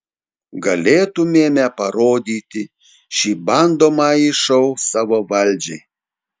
galėtumėme parodyti šį bandomąjį šou savo valdžiai